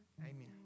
Amen